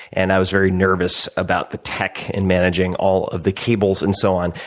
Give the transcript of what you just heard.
and i was very nervous about the tech in managing all of the cables and so on,